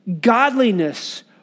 Godliness